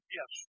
Yes